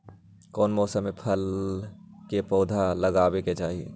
कौन मौसम में फल के पौधा लगाबे के चाहि?